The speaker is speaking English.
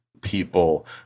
people